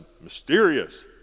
mysterious